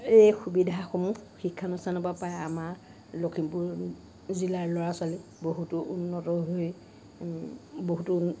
এই সুবিধাসমূহ শিক্ষানুষ্ঠানৰ পৰা পাই আমাৰ লখিমপুৰ জিলাৰ ল'ৰা ছোৱালী বহুতো উন্নত হৈ বহুতো